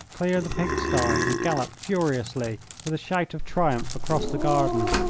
clear the pig-sty and gallop furiously with a shout of triumph across the garden.